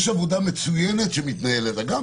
יש עבודה מצוינת שמתנהלת אגב,